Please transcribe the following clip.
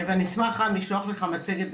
ואני אשמח רם לשלוח לך מצגת,